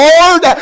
Lord